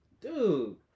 Dude